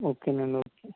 okay అండి okay